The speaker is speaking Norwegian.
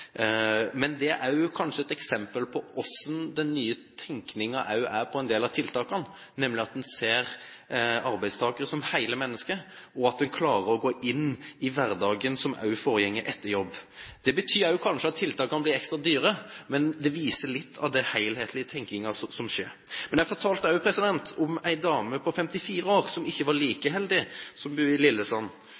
Men det er kanskje også et eksempel på hvordan den nye tenkningen er når det gjelder en del av tilakene, nemlig at en ser arbeidstakere som hele mennesker, og at en klarer å gå inn i hverdagen etter jobb. Det betyr kanskje at tiltakene blir ekstra dyre, men det viser litt av den helhetlige tenkningen som skjer. Jeg fortalte også om en dame på 54 år, som bor i Lillesand, og som ikke var like heldig.